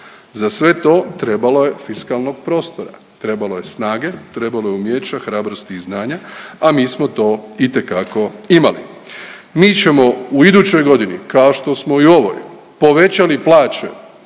Za sve to trebalo je fiskalnog prostora, trebalo je snage, trebalo je umijeća, hrabrosti i znanja, a mi smo to itekako imali. Mi ćemo u idućoj godini kao što smo i u ovoj povećali plaće